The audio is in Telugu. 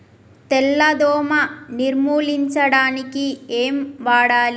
తెల్ల దోమ నిర్ములించడానికి ఏం వాడాలి?